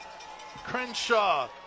Crenshaw